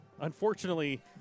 Unfortunately